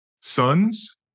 Sons